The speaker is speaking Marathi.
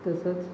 तसंच